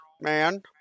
man